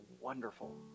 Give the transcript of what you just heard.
wonderful